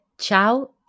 Ciao